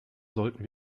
sollten